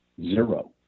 Zero